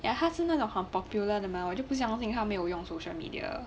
ya 她是那种很 popular 的 mah 我就不想相信他没有用 social media